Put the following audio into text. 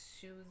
shoes